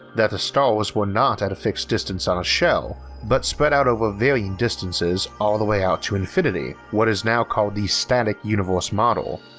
that the stars were not at a fixed distance on a shell but spread out over varying distances all the way out to infinity, what is now called the static universe model.